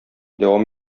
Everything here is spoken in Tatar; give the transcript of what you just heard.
дәвам